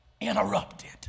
interrupted